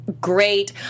great